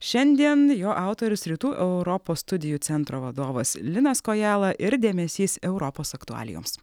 šiandien jo autorius rytų europos studijų centro vadovas linas kojala ir dėmesys europos aktualijoms